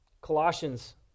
Colossians